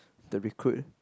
the recruit